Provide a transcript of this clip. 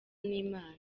n’imana